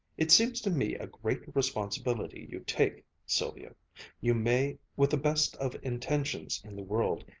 it seems to me a great responsibility you take, sylvia you may, with the best of intentions in the world,